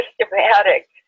systematic